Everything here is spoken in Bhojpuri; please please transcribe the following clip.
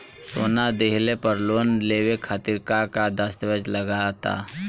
सोना दिहले पर लोन लेवे खातिर का का दस्तावेज लागा ता?